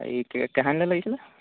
এই কে কাহানিলৈ লাগিছিলে